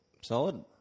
Solid